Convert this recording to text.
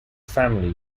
family